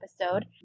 episode